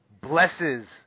blesses